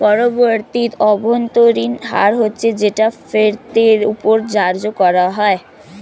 পরিবর্তিত অভ্যন্তরীণ হার হচ্ছে যেটা ফেরতের ওপর ধার্য করা হয়